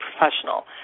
professional